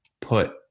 put